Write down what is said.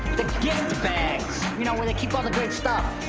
the gift bags, you know, where they keep all the great stuff.